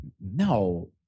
no